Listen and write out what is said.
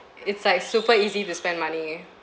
it's like super easy to spend money